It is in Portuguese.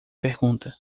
pergunta